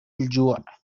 الجوع